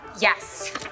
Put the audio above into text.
Yes